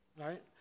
right